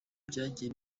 byagiye